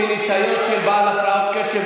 מניסיון של בעל הפרעת קשב,